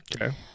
okay